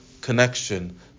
connection